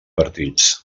partits